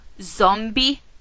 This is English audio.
Zombie